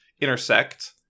intersect